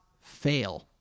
fail